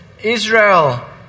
Israel